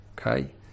okay